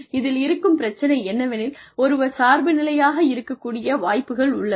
இதில் இருக்கும் பிரச்சனை என்னவெனில் ஒருவர் சார்புநிலையாக இருக்கக் கூடிய வாய்ப்புகள் உள்ளது